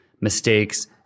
mistakes